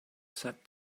set